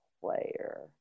player